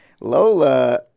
Lola